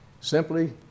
simply